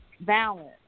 balance